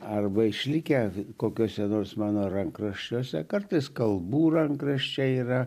arba išlikę kokiuose nors mano rankraščiuose kartais kalbų rankraščiai yra